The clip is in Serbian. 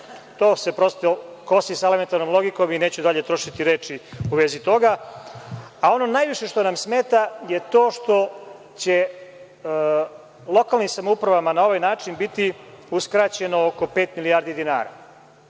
To se prosto kosi sa elementarnom logikom i neću dalje trošiti reči u vezi toga. Ono najviše što nam smeta je to što će lokalnim samoupravama na ovaj način biti uskraćeno oko pet milijardi dinara,